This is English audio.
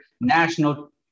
national